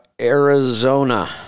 Arizona